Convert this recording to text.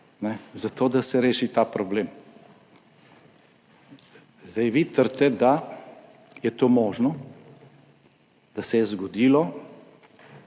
zato, da se reši ta problem. Zdaj vi trdite, da je to možno, da se je zgodilo,